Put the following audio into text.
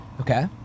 Okay